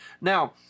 Now